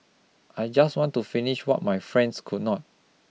I just want to finish what my friends could not